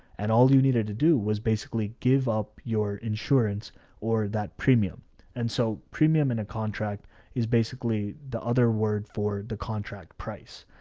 and all you needed to was basically give up your insurance or that premium and so premium. and a contract is basically the other word for the contract price.